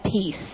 peace